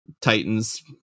Titans